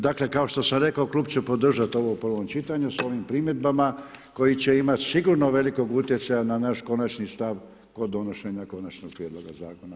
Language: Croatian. Dakle kao što sam rekao Klub će podržati ovo u prvom čitanju sa ovim primjedbama koji će imati sigurno velikog utjecaja na naš konačni stav kod donošenja konačnog prijedloga zakona.